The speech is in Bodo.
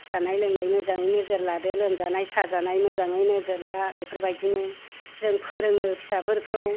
जानाय लोंनाय मोजाङै नोजोर लादो लोमजानाय साजानाय मोजाङै नोजोर ला बेफोरबायदिनो जों फोरोङो फिसाफोरखौ